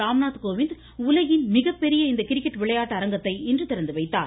ராம்நாத்கோவிந்த் உலகின் மிகப்பெரிய இந்த கிரிக்கெட் விளையாட்டு அரங்கத்தை இன்று திறந்துவைத்தார்